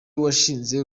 washinze